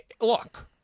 look